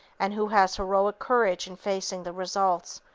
and who has heroic courage in facing the results,